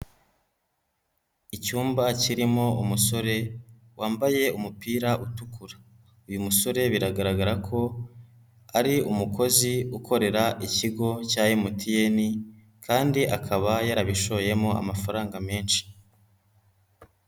Icyumba kirimo umusore wambaye umupira utukura, uyu musore biragaragara ko ari umukozi ukorera ikigo cya MTN kandi akaba yarabishoyemo amafaranga menshi.